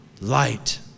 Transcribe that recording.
light